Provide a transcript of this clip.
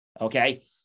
Okay